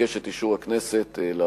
אבקש את אישור הכנסת להצעה.